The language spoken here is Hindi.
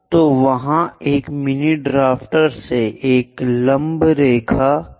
तो वहाँ एक मिनी ड्राफ्टर से एक लंब रेखा खींचना है